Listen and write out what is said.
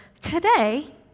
Today